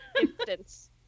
instance